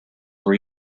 were